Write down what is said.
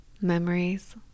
memories